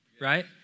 right